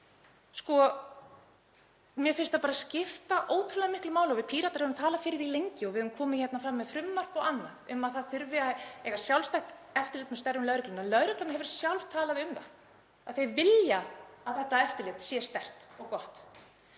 Mér finnst það skipta ótrúlega miklu máli og við Píratar höfum talað fyrir því lengi, komið fram með frumvarp og annað um að það þurfi að hafa sjálfstætt eftirlit með störfum lögreglu, og lögreglan hefur sjálf talað um það að hún vill að þetta eftirlit sé sterkt og gott.